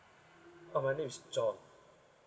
oh my name is chong